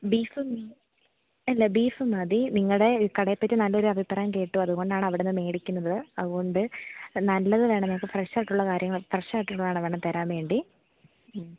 ബീഫും അല്ല ബീഫ് മതി നിങ്ങളുടെ ഈ കടയെ പറ്റി നല്ലൊരു അഭിപ്രായം കേട്ടു അതുകൊണ്ടാണ് അവിടെ നിന്ന് മേടിക്കുന്നത് അതുകൊണ്ട് നല്ലത് വേണം ഞങ്ങൾക്ക് ഫ്രഷ് ആയിട്ടുള്ള കാര്യങ്ങൾ ഫ്രഷ് ആയിട്ടുള്ളത് വേണം തരാൻ വേണ്ടി